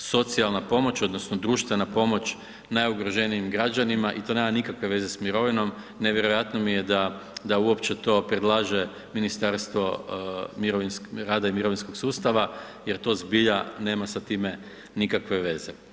socijalna pomoć odnosno društvena pomoć najugroženijim građanima i to nema nikakve veze s mirovinom, nevjerojatno mi je da uopće to predlaže Ministarstvo rada i mirovinskog sustava jer to zbilja nema sa time nikakve veze.